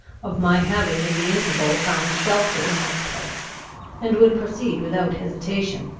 of my having in the interval found shelter in this place and would proceed without hesitation,